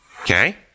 Okay